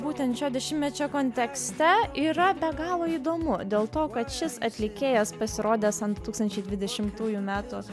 būtent šio dešimtmečio kontekste yra be galo įdomu dėl to kad šis atlikėjas pasirodęs ant du tūkstančiai dvidešimtųjų metų